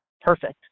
perfect